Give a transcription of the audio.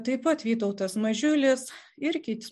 taip pat vytautas mažiulis ir kiti